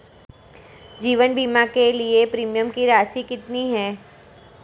जीवन बीमा के लिए प्रीमियम की राशि कितनी है?